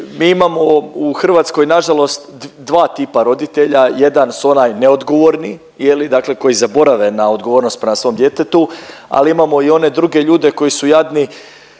Mi imamo u Hrvatskoj nažalost dva tipa roditelji, jedan su onaj neodgovorni koji zaborave na odgovornost prema svom djetetu, ali imamo i one druge ljude koji su jadni